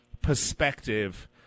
perspective